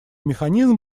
механизм